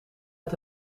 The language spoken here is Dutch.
uit